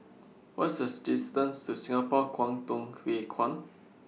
What's The distance to Singapore Kwangtung Hui Kuan